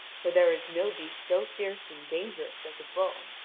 for there is no beast so fierce and dangerous as a bull.